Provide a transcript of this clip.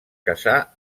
casà